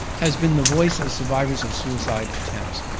has been the voice of survivors of suicide attempts,